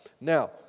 Now